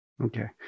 Okay